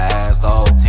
asshole